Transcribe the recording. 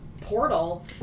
portal